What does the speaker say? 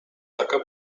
taka